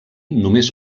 només